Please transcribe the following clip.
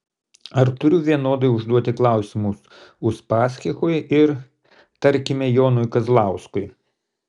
ar turiu vienodai užduoti klausimus uspaskichui ir tarkime jonui kazlauskui